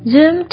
Zoom